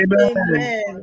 Amen